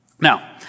Now